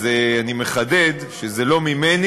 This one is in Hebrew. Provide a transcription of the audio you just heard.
אני מחדד שזה לא ממני.